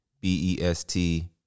B-E-S-T